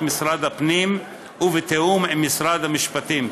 משרד הפנים ובתיאום עם משרד המשפטים.